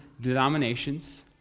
denominations